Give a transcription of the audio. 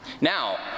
Now